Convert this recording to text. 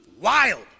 wild